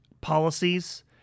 policies